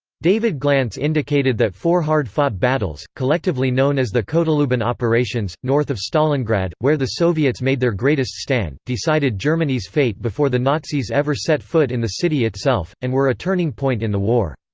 david glantz indicated indicated that four hard-fought battles collectively known as the kotluban operations north of stalingrad, where the soviets made their greatest stand, decided germany's fate before the nazis ever set foot in the city itself, and were a turning point in the war.